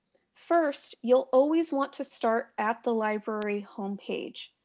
first you'll always want to start at the library homepage.